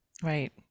Right